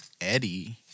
Eddie